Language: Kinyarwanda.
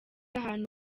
ahantu